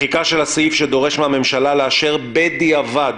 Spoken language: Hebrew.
מחיקה של הסעיף שדורש מהממשלה לאשר בדיעבד